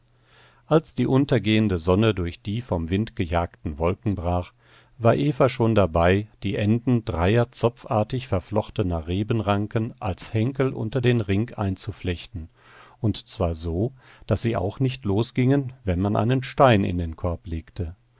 als die untergehende sonne durch die vom wind gejagten wolken brach war eva schon dabei die enden dreier zopfartig verflochtener rebenranken als henkel unter den ring einzuflechten und zwar so daß sie auch nicht losgingen wenn man einen stein in den korb legte